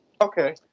okay